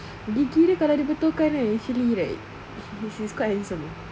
gigi dia kalau dia betul kan actually right he's quite handsome [tau]